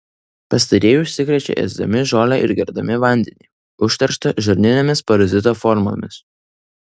pastarieji užsikrečia ėsdami žolę ir gerdami vandenį užterštą žarninėmis parazito formomis